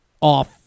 off